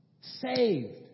saved